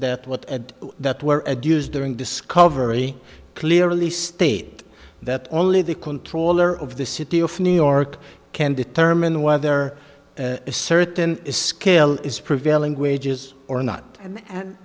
what at that were abused during discovery clearly state that only the controller of the city of new york can determine whether a certain scale is prevailing wages or not and